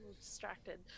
distracted